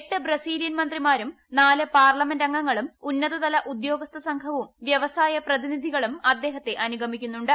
എട്ട് ബ്രസീലിയൻ മന്ത്രിമാരും നാല് പാർലമെന്റ് അംഗങ്ങളും ഉന്നതതല ഉദ്യോഗസ്ഥ സംഘവും വ്യവസായ പ്രതിനിധികളും അദ്ദേഹത്തെ അനുഗമിക്കുന്നുണ്ട്